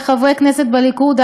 וחברי כנסת בליכוד,